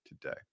today